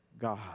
God